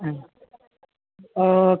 ആ ഓക്കേ